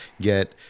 get